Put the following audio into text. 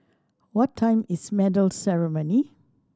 what time is medal ceremony